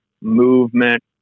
movement